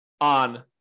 on